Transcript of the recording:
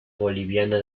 boliviana